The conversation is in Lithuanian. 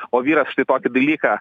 o vyras štai tokį dalyką